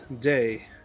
day